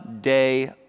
day